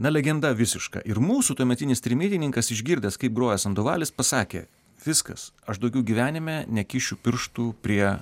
na legenda visiška ir mūsų tuometinis trimitininkas išgirdęs kaip groja sandovalis pasakė viskas aš daugiau gyvenime nekišiu pirštų prie